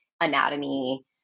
anatomy